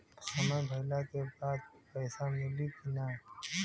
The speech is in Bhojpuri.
समय भइला के बाद पैसा मिली कि ना?